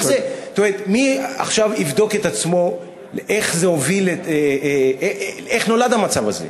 מי יבדוק את עצמו איך נולד המצב הזה?